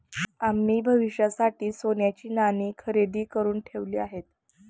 आम्ही भविष्यासाठी सोन्याची नाणी खरेदी करुन ठेवली आहेत